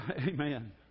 amen